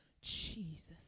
Jesus